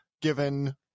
given